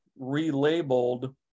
relabeled